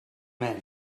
men